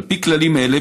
על פי כללים אלו,